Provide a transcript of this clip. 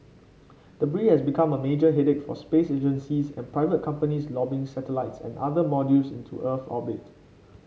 debris has become a major headache for space agencies and private companies lobbing satellites and other modules into Earth orbit